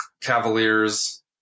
Cavaliers